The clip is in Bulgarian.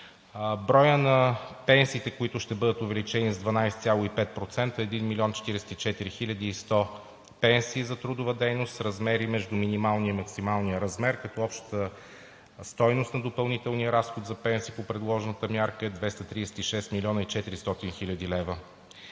Броят на пенсиите, които ще бъдат увеличени с 12,5%, е 1 млн. 44 хил. 100 лв. – пенсии за трудова дейност, с размери между минималния и максималния размер, като общата стойност на допълнителния разход за пенсия по предложената мярка е 236 млн. 400 хил. лв.,